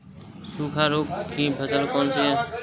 सूखा रोग की फसल कौन सी है?